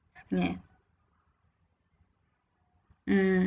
ya mm